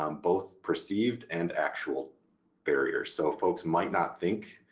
um both perceived and actual barriers. so folks might not think,